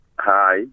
hi